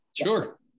Sure